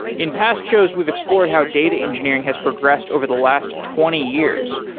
in past shows we've explored how data engineering has progressed over the last twenty years,